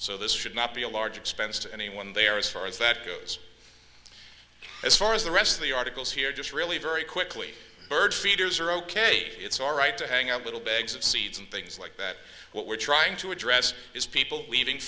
so this should not be a large expense to anyone there as far as that goes as far as the rest of the articles here just really very quickly bird feeders are ok it's all right to hang out little bags of seeds and things like that what we're trying to address is people leaving